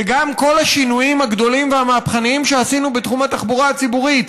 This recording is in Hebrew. וגם כל השינויים הגדולים והמהפכניים שעשינו בתחום התחבורה הציבורית,